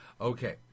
Okay